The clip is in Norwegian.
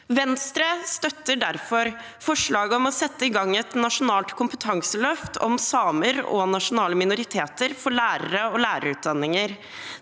Venstre støtter derfor forslaget om å sette i gang et nasjonalt kompetanseløft om samer og nasjonale minoriteter for lærere og lærerutdanninger.